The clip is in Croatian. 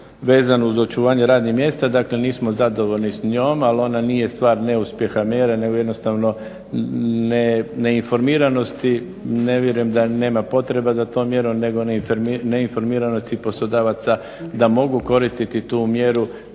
vezanu za očuvanje radnih mjesta. Dakle, nismo zadovoljni s njom, ali ona nije stvar neuspjeha mjere nego jednostavno neinformiranosti. Ne vjerujem da nema potreba za tom mjerom nego neinformiranosti poslodavaca. Da mogu koristiti tu mjeru